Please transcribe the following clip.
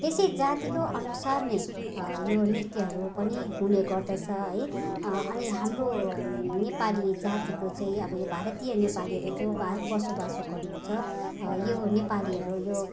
त्यसै जातिको अनुसार नै यो नृत्यहरू पनि हुने गर्दछ है अनि हाम्रो नेपाली जातिको चाहिँ अब यो भारतीय नेपालीहरू जो भारत बसोबासो गर्नु हुन्छ यो नेपालीहरू यो